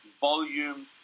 volume